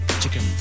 Chicken